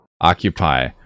occupy